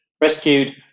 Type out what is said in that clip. rescued